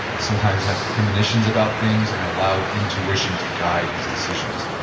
sometimes had premonitions about things, and allowed intuition to guide his decisions.